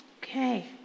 Okay